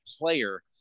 player